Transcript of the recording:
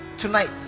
Tonight